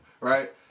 right